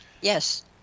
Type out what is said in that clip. yes